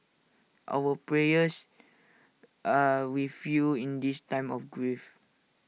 our prayers are with you in this time of grief